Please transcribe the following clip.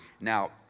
Now